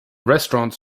restaurants